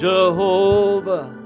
Jehovah